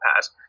past